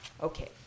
Okay